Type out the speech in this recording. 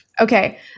Okay